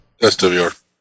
SWR